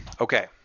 Okay